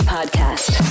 Podcast